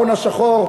ההון השחור,